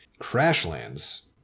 Crashlands